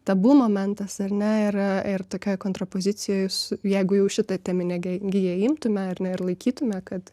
tabu momentas ar ne yra ir tokioj kontrapozicijoj su jeigu jau šitą teminę giją imtume ar ne ir laikytume kad